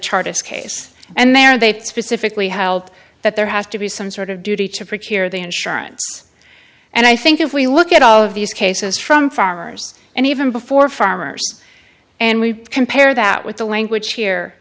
chartists case and they are they specifically help that there has to be some sort of duty to preach here the insurance and i think if we look at all of these cases from farmers and even before farmers and we compare that with the language here